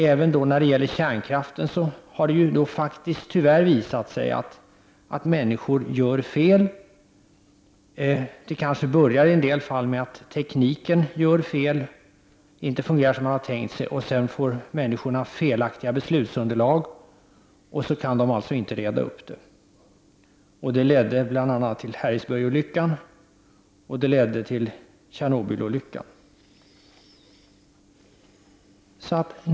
Även när det gäller kärnkraften har det tyvärr visat sig att människor gör fel. Det kanske börjar i en del fall med att tekniken slår fel och inte fungerar som man har tänkt sig. Sedan får människorna ett felaktigt beslutsunderlag och så kan de alltså inte reda ut problemen. Sådan var bakgrunden till bl.a. olyckan i Harrisburg och Tjernobylolyckan.